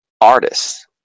artists